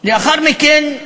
לאחר מכן,